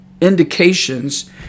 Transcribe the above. Indications